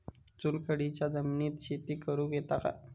चुनखडीयेच्या जमिनीत शेती करुक येता काय?